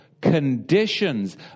conditions